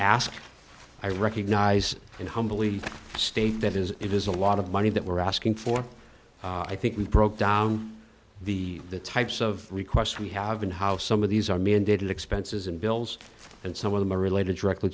ask i recognize and humbly state that is it is a lot of money that we're asking for i think we broke down the types of requests we have and how some of these are mandated expenses and bills and some of them are related directly